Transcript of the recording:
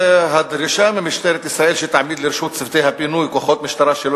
והדרישה ממשטרת ישראל היא "שתעמיד לרשות צוותי הפינוי כוחות משטרה שלא